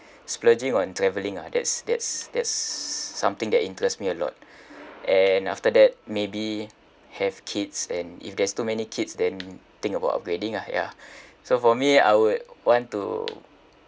splurging on traveling ah that's that's that's something that interests me a lot and after that maybe have kids and if there's too many kids then think about upgrading ah yeah so for me I would want to